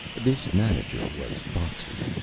this manager was foxy.